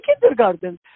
kindergarten